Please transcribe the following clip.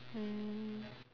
mm